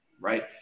right